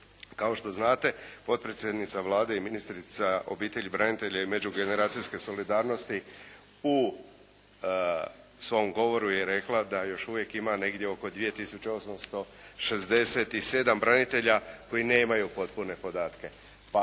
Kao što znate potpredsjednica Vlade i ministrica obitelji, branitelja i međugeneracijske solidarnosti u svom govoru je rekla da još uvijek ima negdje oko 2 tisuće 867 branitelja koji nemaju potpune podatke.